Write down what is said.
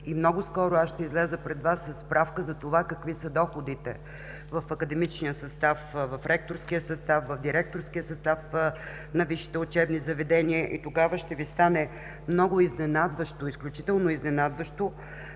И много скоро ще изляза пред Вас със справка за това какви са доходите в академичния състав, в ректорския състав, в директорския състав на висшите учебни заведения, и тогава ще Ви стане много изненадващо, изключително изненадващо